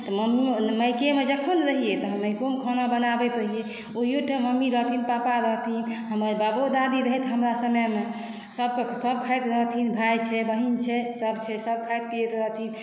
तऽ मम्मियो मायकेमे जखन रहियइ तऽ हम मायकोमे खाना बनाबैत रहियइ ओहियो टाइम मम्मी रहथिन पापा रहथिन हमर बाबो दादी रहथि हमरा समयमे सबके सब खाइत रहथिन भाय छै बहीन छै सब छै सब खाइत पियैत रहथिन